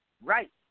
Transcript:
right